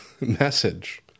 message